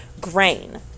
grain